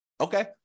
Okay